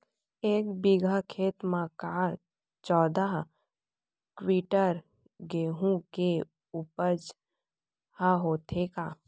एक बीघा खेत म का चौदह क्विंटल गेहूँ के उपज ह होथे का?